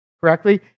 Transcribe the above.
correctly